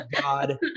God